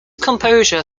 composure